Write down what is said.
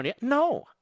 No